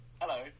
Hello